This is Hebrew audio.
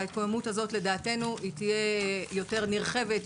לדעתנו ההתקוממות הזאת תהיה יותר נרחבת,